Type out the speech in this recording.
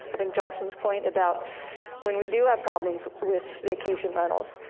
i think jocelyn's point about when we do have problems with vacation rentals.